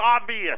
obvious